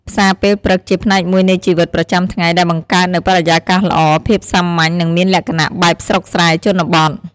ផ្សារពេលព្រឹកជាផ្នែកមួយនៃជីវិតប្រចាំថ្ងៃ ដែលបង្កើតនូវបរិយាកាសល្អ ភាពសាមញ្ញ និងមានលក្ចណៈបែបស្រុកស្រែ ជនបទ។